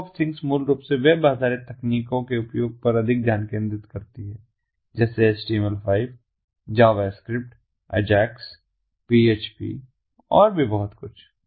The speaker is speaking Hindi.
वेब ऑफ थिंग्स मूल रूप से वेब आधारित तकनीकों के उपयोग पर अधिक ध्यान केंद्रित करती है जैसे एचटीएमएल 5 जावास्क्रिप्ट अजाक्स पीएचपी और भी बहुत कुछ